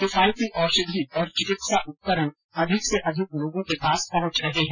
किफायती औषधि और चिकित्सा उपकरण अधिक से अधिक लोगों के पास पहुंच रहे हैं